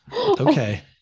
Okay